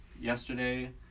yesterday